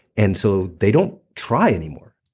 and so they don't try anymore.